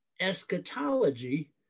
eschatology